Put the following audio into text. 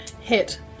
hit